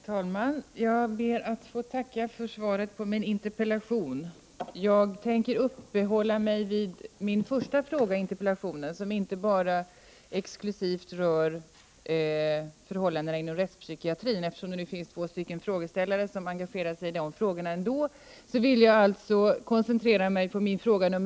Herr talman! Jag ber att få tacka för svaret på min interpellation. Jag avser att uppehålla mig vid min första fråga i interpellationen, som inte exklusivt rör förhållandena inom rättspsykiatrin. Det finns ju två andra frågeställare som engagerat sig i detta. Därför vill jag alltså koncentrera mig på min fråga — Prot.